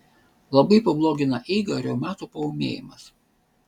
labai pablogina eigą reumato paūmėjimas